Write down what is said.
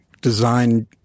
design